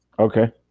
okay